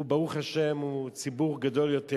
ברוך השם, הוא ציבור גדול יותר,